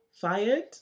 fired